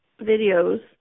videos